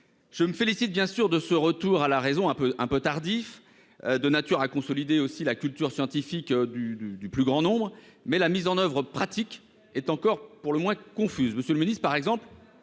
Je me félicite, bien sûr, de ce retour à la raison un peu tardif, qui est de nature à consolider la culture scientifique du plus grand nombre. Mais la mise en oeuvre pratique est encore pour le moins confuse. Monsieur le ministre,